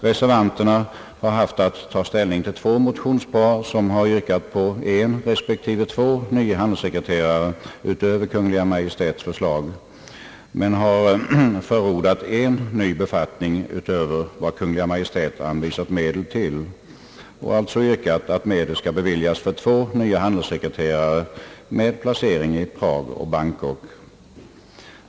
Reservanterna som haft att ta ställning till två motionspar, i vilka yrkats på en respektive två nya handelssekreterare utöver Kungl. Maj:ts förslag, har förordat en ny befattning utöver vad Kungl. Maj:t har anvisat medel till och yrkat att medel skall beviljas för två nya handelssekreterare med placering i Prag och Bangkok.